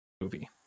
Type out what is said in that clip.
movie